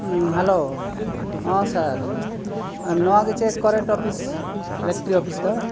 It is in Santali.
ᱦᱮᱸ ᱱᱚᱣᱟ ᱜᱮ ᱪᱮᱫ ᱫᱚ